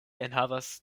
enhavas